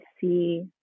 see